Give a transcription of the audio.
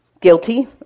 Guilty